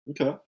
Okay